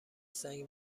سنگ